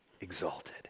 Exalted